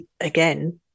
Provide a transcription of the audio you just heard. again